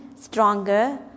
stronger